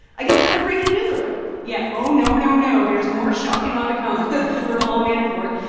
i get another breaking news alert yeah. oh, no, no, no. there's more shock and awe to come for paul manafort.